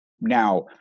now